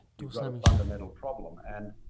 you've got a fundamental problem. and